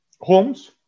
homes